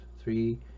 three